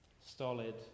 stolid